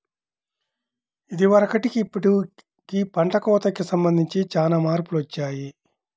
ఇదివరకటికి ఇప్పుడుకి పంట కోతకి సంబంధించి చానా మార్పులొచ్చాయ్